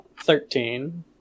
Thirteen